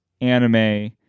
anime